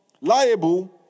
liable